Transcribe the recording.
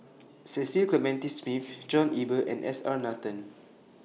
Cecil Clementi Smith John Eber and S R Nathan